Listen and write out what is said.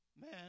man